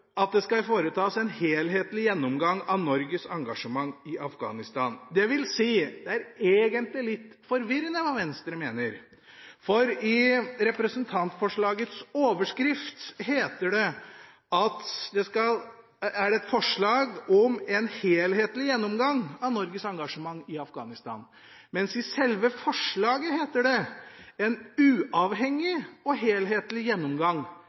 at det skal foretas en helhetlig gjennomgang av Norges engasjement i Afghanistan – det vil si, det er egentlig litt forvirrende hva Venstre mener, for i representantforslagets overskrift heter det at det er et forslag om en helhetlig gjennomgang av Norges engasjement i Afghanistan, mens i sjølve forslaget heter det en uavhengig og helhetlig gjennomgang